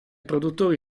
produttori